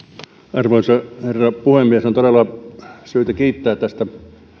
arvoisa herra puhemies on todella syytä kiittää tästä